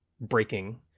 breaking